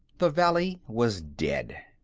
the valley was dead.